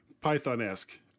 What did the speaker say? Python-esque